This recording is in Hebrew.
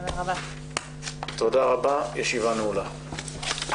תודה רבה, הישיבה נעולה.